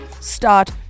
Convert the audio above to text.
start